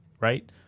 right